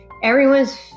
Everyone's